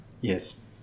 Yes